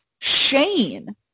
Shane